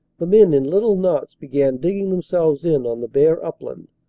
the men in little knots began digging themselves in on the bare upland,